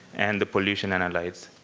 and the pollution analytes.